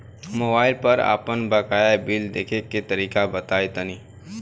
Mobile पर आपन बाकाया बिल देखे के तरीका बताईं तनि?